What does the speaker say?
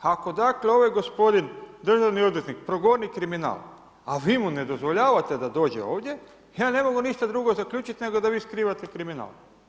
Ako dakle ovaj gospodin državni odvjetnik progoni kriminal, a vi mu ne dozvoljavate da dođe ovdje, ja ne mogu ništa drugo zaključit nego da vi skrivate kriminal.